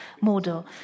model